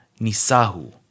nisahu